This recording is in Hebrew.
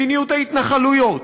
מדיניות ההתנחלויות,